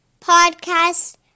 podcast